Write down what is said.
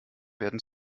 werden